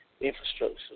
infrastructure